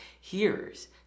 hearers